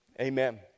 Amen